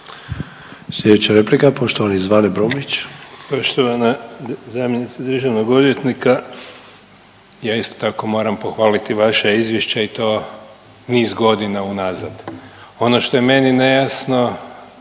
Slijedeća replika poštovani Zvane Brumnić.